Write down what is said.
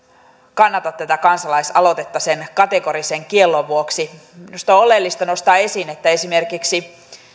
kannata tätä kansalaisaloitetta sen kategorisen kiellon vuoksi minusta on oleellista nostaa esiin että esimerkiksi